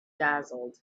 dazzled